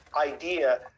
idea